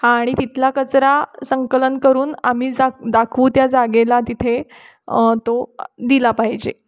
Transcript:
हा आणि तिथला कचरा संकलन करून आम्ही जा दाखवू त्या जागेला तिथे तो दिला पाहिजे